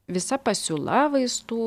visa pasiūla vaistų